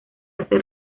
hace